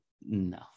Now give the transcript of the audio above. No